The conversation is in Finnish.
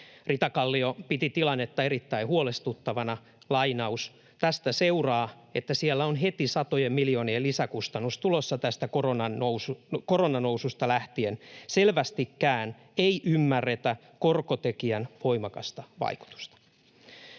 Ritakallio piti tilannetta erittäin huolestuttavana: ”Tästä seuraa, että siellä on heti satojen miljoonien lisäkustannus tulossa tästä koronnoususta lähtien. Selvästikään ei ymmärretä korkotekijän voimakasta vaikutusta.”